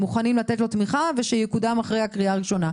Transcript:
תמיכה ושיקודם אחרי הקריאה הראשונה.